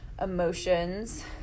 emotions